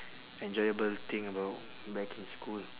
enjoyable thing about back in school